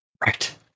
Right